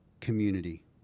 community